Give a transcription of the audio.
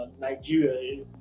nigeria